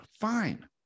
Fine